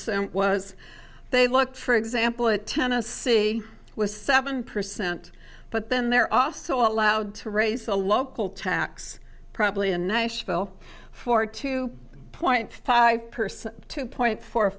percent was they look for example a tennessee was seven percent but then they're also allowed to raise the local tax probably in nashville for two point five percent two point four